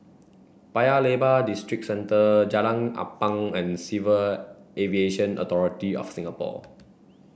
Paya Lebar Districentre Jalan Ampang and Civil Aviation Authority of Singapore